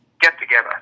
get-together